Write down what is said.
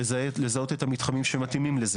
לזהות את המתחמים שמתאימים לה,